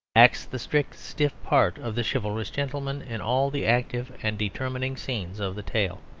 acts the strict stiff part of the chivalrous gentleman in all the active and determining scenes of the tale.